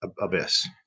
abyss